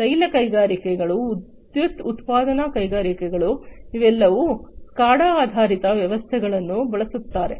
ತೈಲ ಕೈಗಾರಿಕೆಗಳು ವಿದ್ಯುತ್ ಉತ್ಪಾದನಾ ಕೈಗಾರಿಕೆಗಳು ಅವರೆಲ್ಲರೂ ಎಸ್ಸಿಎಡಿಎ ಆಧಾರಿತ ವ್ಯವಸ್ಥೆಗಳನ್ನು ಬಳಸುತ್ತಾರೆ